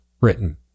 Britain